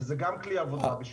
וזה גם כלי עבודה בשבילנו.